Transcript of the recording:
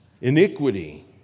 Iniquity